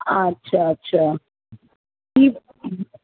अछा अछा ठीकु